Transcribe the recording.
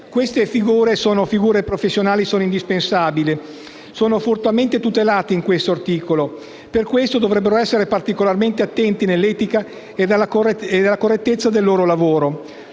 Queste figure professionali indispensabili sono fortemente tutelate in questo articolo e per questo dovrebbero essere particolarmente attenti all'etica ed alla correttezza del loro lavoro,